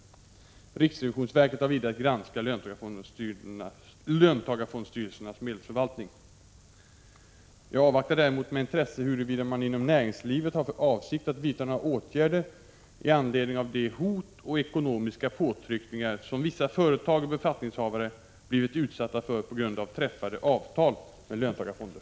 Riksrevisionsverket har vidare att granska löntagarfondsstyrelsernas medelsförvaltning. Jag avvaktar däremot med intresse huruvida man inom näringslivet har för avsikt att vidta några åtgärder i anledning av de hot och ekonomiska påtryckningar som vissa företag och befattningshavare blivit utsatta för på grund av träffade avtal med löntagarfonder.